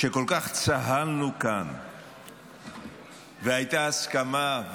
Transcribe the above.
כל כך צהלנו כאן והייתה הסכמה,